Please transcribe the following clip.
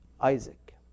Isaac